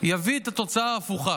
יביא את התוצאה ההפוכה.